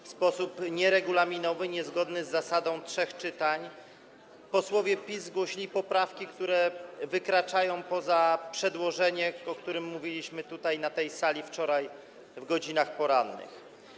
W sposób nieregulaminowy, niezgodny z zasadą trzech czytań, posłowie PiS zgłosili poprawki, które wykraczają poza przedłożenie, o którym mówiliśmy tutaj, na tej sali, wczoraj w godzinach porannych.